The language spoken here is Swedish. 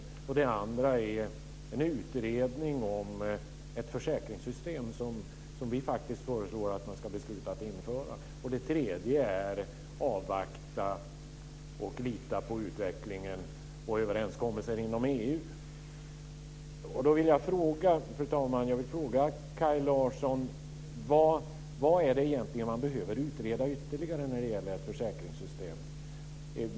Den andra blir att det ska göras en utredning om ett försäkringssystem, som vi faktiskt föreslår ska införas. Den tredje slutsatsen blir att man ska avvakta utvecklingen och överenskommelser inom EU. Fru talman! Jag vill fråga Kaj Larsson vad som egentligen behöver utredas ytterligare i frågan om ett försäkringssystem.